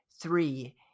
three